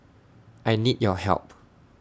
I need your help